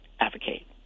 advocate